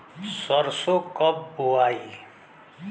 सरसो कब बोआई?